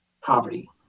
poverty